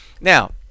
Now